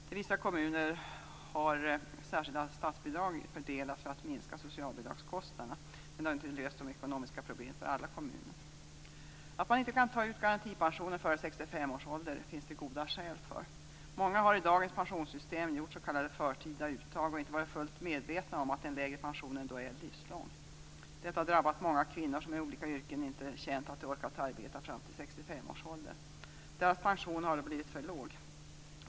Till vissa kommuner har särskilda statsbidrag fördelats för att minska socialbidragskostnaderna. Men det har inte löst de ekonomiska problemen för alla kommuner. Att man inte kan ta ut garantipensionen före 65 års ålder finns det goda skäl för. Många har i dagens pensionssystem gjort s.k. förtida uttag och inte varit fullt medvetna om att den lägre pensionen då är livslång. Detta har drabbat många kvinnor som i olika yrken inte känt att de har orkat arbeta fram till 65-årsåldern. Deras pension har blivit för låg.